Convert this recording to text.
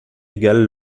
égal